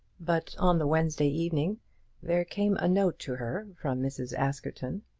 but on the wednesday evening there came a note to her from mrs. askerton.